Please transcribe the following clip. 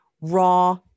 raw